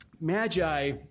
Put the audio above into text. Magi